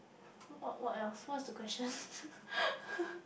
what what else what's they question